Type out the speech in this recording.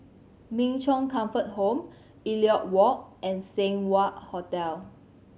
Min Chong Comfort Home Elliot Walk and Seng Wah Hotel